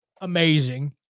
amazing